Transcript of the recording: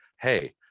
Hey